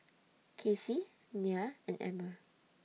Kacy Nia and Emmer